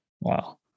Wow